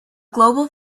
global